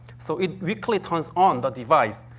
so, it quickly turns on the device.